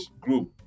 group